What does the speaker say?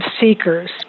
seekers